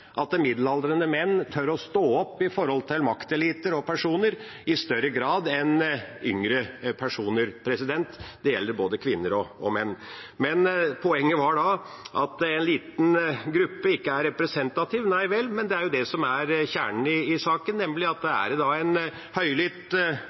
at middelaldrende menn tør å stå opp mot makteliter og personer i større grad enn yngre personer. Det gjelder både kvinner og menn. Men poenget var at en liten gruppe ikke er representativ. Nei vel, men det er jo det som er kjernen i saken, nemlig at når det